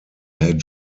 had